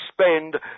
spend